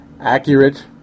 accurate